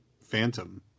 Phantom